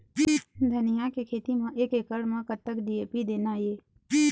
धनिया के खेती म एक एकड़ म कतक डी.ए.पी देना ये?